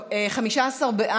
אנחנו לא נוותר על ועדת הפנים,